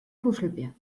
kuschelbär